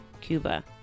Cuba